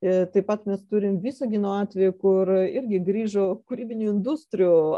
ė taip pat mes turim visaginoatvejį kur irgi grįžo kūrybinių industrijų